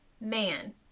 man